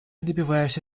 добиваемся